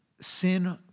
sin